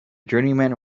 journeyman